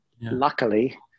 luckily